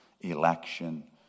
election